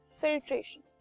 filtration